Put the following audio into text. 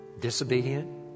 disobedient